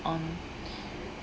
on